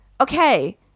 okay